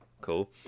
cool